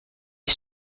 you